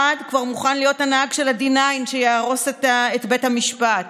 אחד כבר מוכן להיות הנהג של ה-D9 שיהרוס את בית המשפט